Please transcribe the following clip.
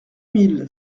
mille